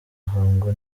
ruhango